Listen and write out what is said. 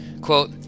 Quote